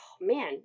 man